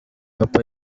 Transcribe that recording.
papa